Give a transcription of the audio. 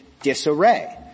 disarray